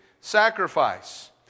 sacrifice